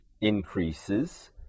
increases